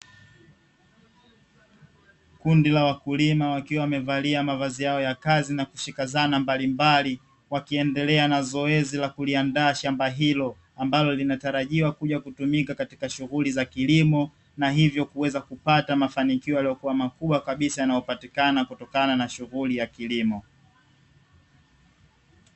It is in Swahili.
Kundi la wakulima wakiwa wamevalia mavazi yao ya kazi na kushika zana mbalimbali, wakiendelea na zoezi la kuliandaa shamba hilo ambalo linatarajiwa kuja kutumika katika shughuli za kilimo, na hivyo kuweza kupata mafanikio yalokuwa makubwa kabisa yanayopatikana kutokana na shughuli ya kilimo.